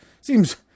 seems